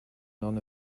non